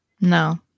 No